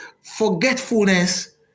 forgetfulness